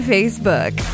Facebook